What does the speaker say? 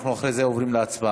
אנחנו אחרי זה עוברים להצבעה.